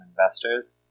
investors